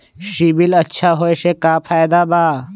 CIBIL अच्छा होऐ से का फायदा बा?